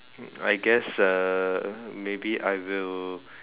I guess uh maybe I will